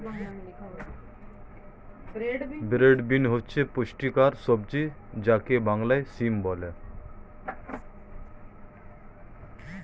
broad bean হচ্ছে পুষ্টিকর সবজি যাকে বাংলায় সিম বলে